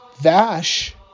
Vash